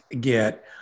get